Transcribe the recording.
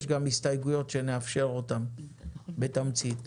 יש גם הסתייגויות שנאפשר אותן בתמצית.